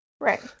Right